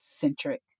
centric